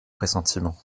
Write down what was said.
pressentiment